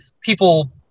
people